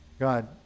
God